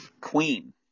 Queen